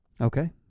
Okay